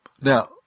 Now